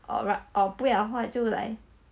or right or 不要的话就 like